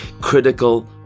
critical